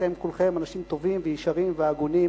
אתם כולכם אנשים טובים וישרים והגונים,